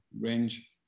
range